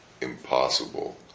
impossible